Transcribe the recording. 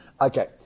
okay